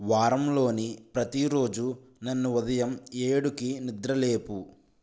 వారంలోని ప్రతీ రోజు నన్ను ఉదయం ఏడుకి నిద్ర లేపు